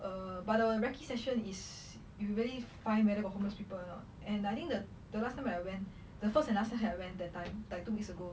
err but the recce session is you really find whether got homeless people or not and I think the the last time when I went the first and last time when I went that time like two weeks ago